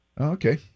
okay